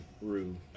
Rue